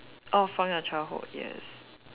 err from your childhood yes